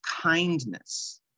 kindness